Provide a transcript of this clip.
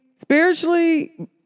spiritually